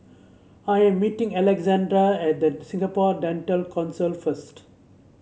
I am meeting Alexander at The Singapore Dental Council first